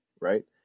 right